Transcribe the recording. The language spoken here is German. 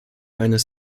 eines